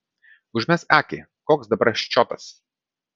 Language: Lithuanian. užmesk akį koks dabar ščiotas